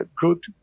good